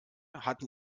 hatten